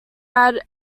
had